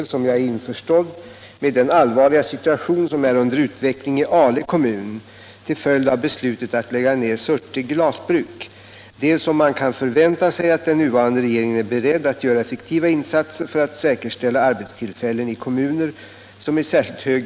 ställning vid andra produktionsenheter inom PLM.